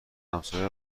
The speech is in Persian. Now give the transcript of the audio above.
همسایه